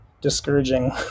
discouraging